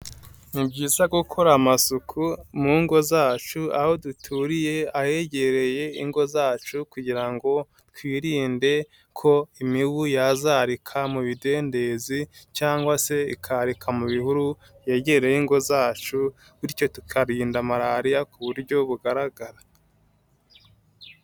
Ni byiza gukora amasuku mu ngo zacu aho duturiye ahegereye ingo zacu kugira ngo twirinde ko imibu yazarika mu bidendezi, cyangwa se ikarika mu bihuru yegereye ingo zacu bityo tukarinda malariya ku buryo bugaragara.